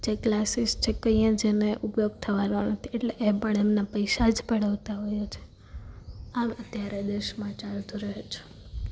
જે ક્લાસીસ છે કંઈ જ એનો ઉપયોગ થવાનો નથી એટલે એ પણ એમના પૈસા જ પડાવતા હોય છે આવું અત્યારે દેશમાં ચાલતું રહે છે